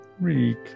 Reek